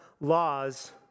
laws